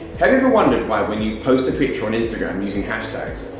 have you ever wondered why when you post a picture on instagram using hashtags,